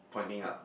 pointing up